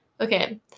Okay